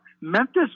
Memphis